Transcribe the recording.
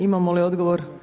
Imamo li odgovor?